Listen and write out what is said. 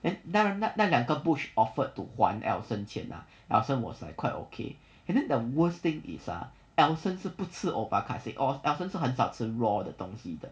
and that 那那两个 butch offered to 还 elson 钱 lah elson was like quite okay and then the worst thing is ah elson 是不吃 omakase or elson 是很少吃 raw 的东西的